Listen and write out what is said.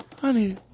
Honey